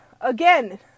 again